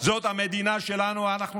זאת המדינה שלנו, אדוני.